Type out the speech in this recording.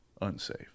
unsafe